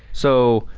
so,